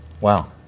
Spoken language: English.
Wow